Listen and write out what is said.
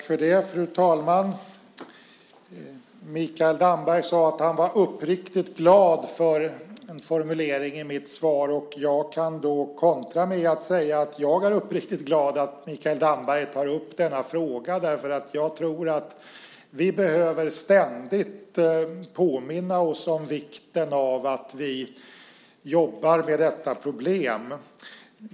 Fru talman! Mikael Damberg sade att han var uppriktigt glad för en formulering i mitt svar. Jag kan kontra med att säga att jag är uppriktigt glad att Mikael Damberg tar upp denna fråga. Jag tror att vi ständigt behöver påminna oss om vikten av att jobba med detta problem.